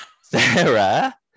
Sarah